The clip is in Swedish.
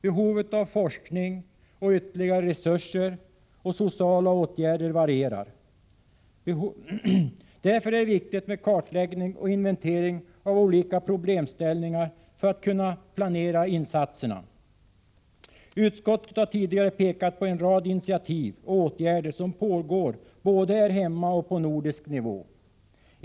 Behovet av forskning, ytterligare resurser och sociala åtgärder varierar. Därför är det viktigt med kartläggning och inventering av olika problemställningar för att man skall kunna planera insatserna. Utskottet har tidigare pekat på en rad initiativ som tagits och på åtgärder som pågår både här hemma och i det nordiska samarbetet.